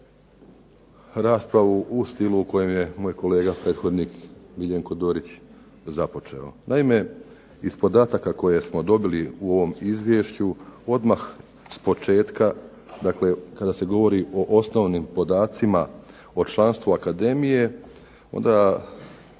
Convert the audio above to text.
u kojem je moj kolega prethodnik Miljenko Dorić započeo. Naime, iz podataka koje smo dobili u ovom izvješću odmah s početka, dakle kada se govori o osnovnim podacima o članstvu akademije onda